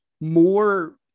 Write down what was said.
more